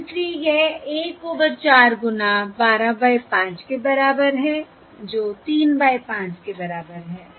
और इसलिए यह 1 ओवर 4 गुणा 12 बाय 5 के बराबर है जो 3 बाय 5 के बराबर है